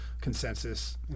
consensus